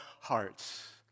hearts